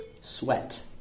Sweat